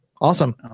Awesome